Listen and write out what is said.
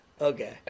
Okay